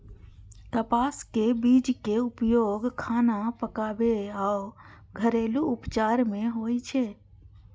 कपासक बीज के उपयोग खाना पकाबै आ घरेलू उपचार मे होइ छै